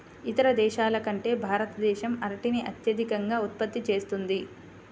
ఇతర దేశాల కంటే భారతదేశం అరటిని అత్యధికంగా ఉత్పత్తి చేస్తుంది